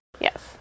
Yes